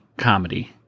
Comedy